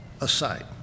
aside